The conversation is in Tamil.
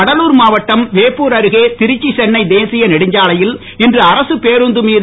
கடலூர் மாவட்டம் வேப்பூர் அருகே திருச்சி சென்னை தேசிய நெடுஞ்சாலையில் இன்று அரசுப் பேருந்து மீது